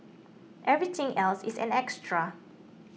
everything else is an extra